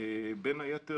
בין היתר,